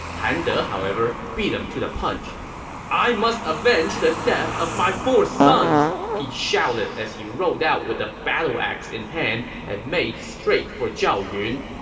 han de, however, beat him to the punch i must avenge the death of my four sons! he shouted as he rode out with ah battle axe in hand and made straight for zhao yun.